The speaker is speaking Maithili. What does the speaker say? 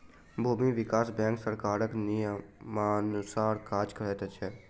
भूमि विकास बैंक सरकारक नियमानुसार काज करैत छै